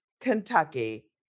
Kentucky